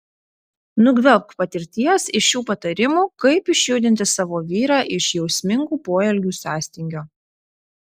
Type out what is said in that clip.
nugvelbk patirties iš šių patarimų kaip išjudinti savo vyrą iš jausmingų poelgių sąstingio